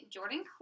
Jordan